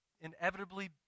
inevitably